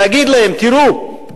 ואגיד להם: תראו,